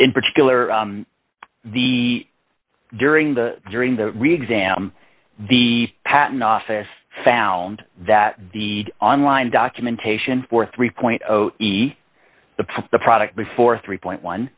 in particular the during the during the reexamined the patent office found that the online documentation for three point the product before three point one